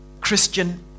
Christian